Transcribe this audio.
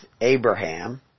Abraham